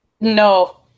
No